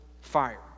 fire